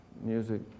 music